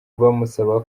bamusaba